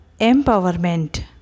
empowerment